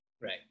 right